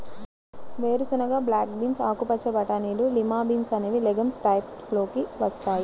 వేరుశెనగ, black beans, ఆకుపచ్చ బటానీలు, లిమా బీన్స్ అనేవి లెగమ్స్ టైప్స్ లోకి వస్తాయి